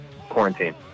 quarantine